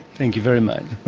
thank you very much.